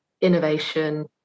innovation